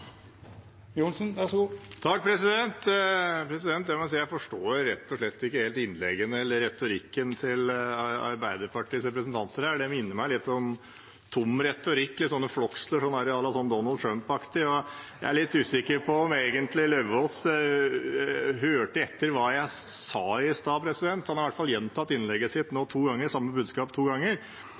slett ikke helt innleggene eller retorikken til Arbeiderpartiets representanter. Det minner meg litt om tom retorikk i litt Donald Trump-aktige floskler. Jeg er litt usikker på om representanten Lauvås egentlig hørte etter hva jeg sa i stad. Han har i hvert fall framført budskapet sitt to ganger, i to